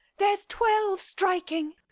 there's twelve striking.